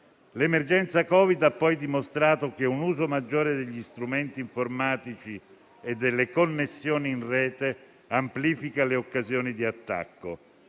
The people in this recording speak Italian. L'emergenza Covid ha poi dimostrato che un uso maggiore degli strumenti informatici e delle connessioni in rete amplifica le occasioni di attacco.